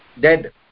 dead